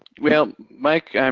well, mike,